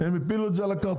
הם הפילו את הזה על קרטונים.